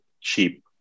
cheap